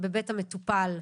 לא